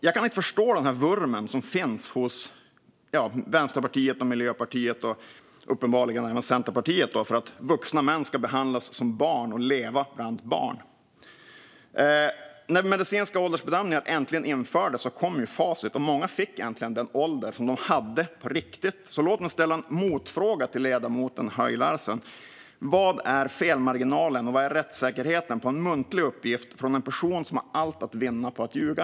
Jag kan inte förstå den vurm som finns hos Vänsterpartiet, Miljöpartiet och uppenbarligen även Centerpartiet för att vuxna män ska behandlas som barn och leva bland barn. När medicinska åldersbedömningar äntligen infördes kom facit, och många fick äntligen den ålder de hade på riktigt. Låt mig därför ställa en motfråga till ledamoten Höj Larsen: Vilken är felmarginalen och rättssäkerheten när det gäller en muntlig uppgift från en person som har allt att vinna på att ljuga?